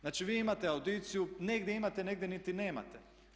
Znači vi imate audiciju, negdje imate negdje niti nemate.